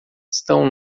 estão